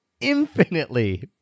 infinitely